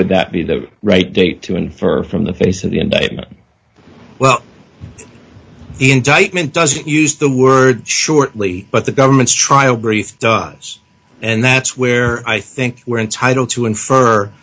would that be the right date to infer from the face of the indictment well the indictment doesn't use the word shortly but the government's trial brief does and that's where i think we're entitled to infer